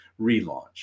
relaunch